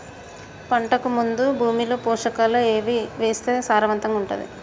పంటకు ముందు భూమిలో పోషకాలు ఏవి వేస్తే సారవంతంగా ఉంటది?